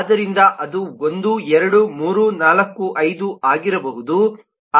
ಆದ್ದರಿಂದ ಅದು 1 2 3 4 5 ಆಗಿರಬಹುದು